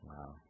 Wow